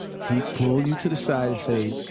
he'd pull you to the side and say,